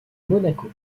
monaco